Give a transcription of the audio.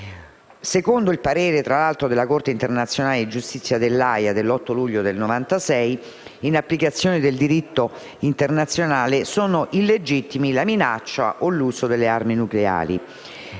Secondo il parere della Corte internazionale di giustizia de L'Aja dell'8 luglio 1996, in applicazione del diritto internazionale sono illegittimi la minaccia o l'uso delle armi nucleari.